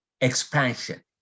expansion